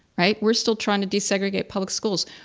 right? we're still trying to desegregate public schools.